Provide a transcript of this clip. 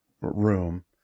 room